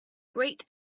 great